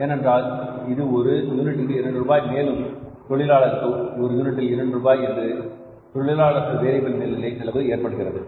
ஏனென்றால் இது ஒரு யூனிட்டிற்கு 2 ரூபாய் மேலும் தொழிலாளருக்கு ஒரு யூனிட்டிற்கு 2 ரூபாய் என்று தொழிலாளர்கள் வேரியபில் மேல்நிலை செலவு ஏற்படுகிறது